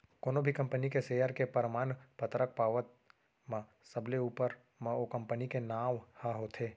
कोनो भी कंपनी के सेयर के परमान पतरक पावत म सबले ऊपर म ओ कंपनी के नांव ह होथे